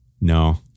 no